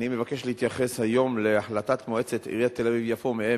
אני מבקש להתייחס היום להחלטת מועצת עיריית תל-אביב יפו מאמש,